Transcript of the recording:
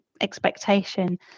expectation